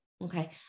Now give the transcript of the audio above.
Okay